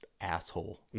asshole